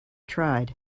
tried